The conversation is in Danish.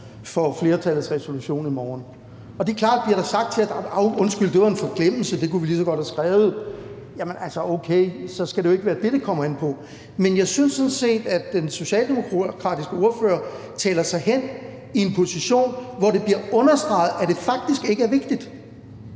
for flertallets forslag til vedtagelse i morgen, og det er klart, at hvis der bliver sagt, at det var en forglemmelse, og at det kunne man lige så godt have skrevet, så skal det ikke være det, det kommer an på. Men jeg synes sådan set, at den socialdemokratiske ordfører taler sig hen i en position, hvor det bliver understreget, at det faktisk ikke er vigtigt,